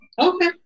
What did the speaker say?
Okay